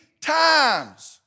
times